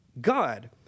God